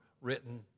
written